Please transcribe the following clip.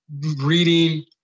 reading